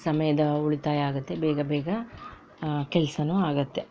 ಸಮಯದ ಉಳಿತಾಯ ಆಗುತ್ತೆ ಬೇಗ ಬೇಗ ಕೆಲಸನೂ ಆಗುತ್ತೆ